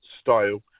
style